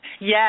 Yes